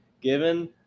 given